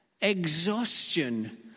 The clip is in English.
exhaustion